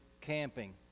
camping